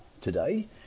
today